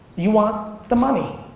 you want the money.